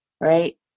Right